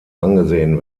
angesehen